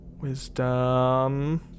Wisdom